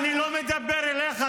אני לא מדבר אליך,